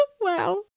Wow